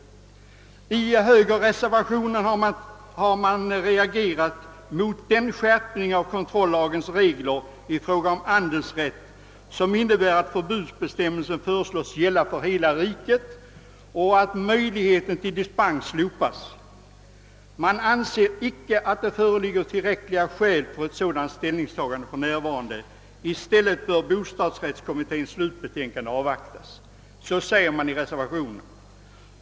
I högerreservationen har man reagerat mot den skärpning av kontrollagens regler i fråga om andelsrätt, som innebär att förbudsbestämmelsen föreslås gälla för hela riket och att möjligheten till dispens slopas. Man anser icke att det för närvarande föreligger tillräckliga skäl för ett sådant ställningstagande. I stället bör bostadsrättskommitténs slutbetänkande avvaktas.